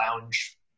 lounge